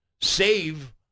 save